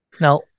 Now